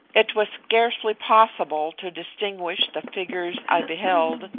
it was scarcely possible to distinguish the figures i beheld,